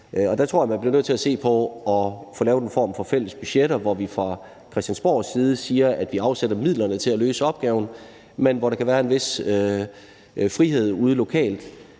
Og der tror jeg, man bliver nødt til at se på at få lavet en form for fælles budgetter, hvor vi fra Christiansborgs side siger, at vi afsætter midlerne til at løse opgaven, men hvor der kan være en vis frihed ude lokalt